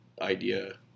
idea